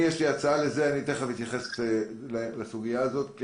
יש לי הצעה לזה ואני תכף אתייחס לסוגיה הזאת כי